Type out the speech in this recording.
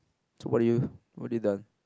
so what do you what do you done